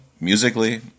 musically